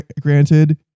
granted